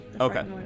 Okay